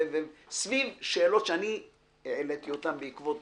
סביב שאלות שאני העליתי אותן בעקבות